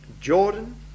Jordan